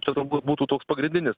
čia turbūt būtų toks pagrindinis